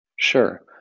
sure